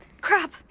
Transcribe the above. Crap